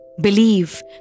believe